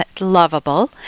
lovable